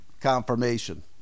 Confirmation